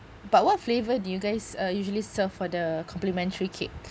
but what flavour do you guys uh usually serve for the complimentary cake